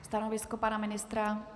Stanovisko pana ministra? .